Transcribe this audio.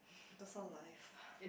that's the life